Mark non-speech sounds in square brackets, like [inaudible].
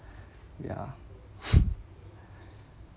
ya [laughs]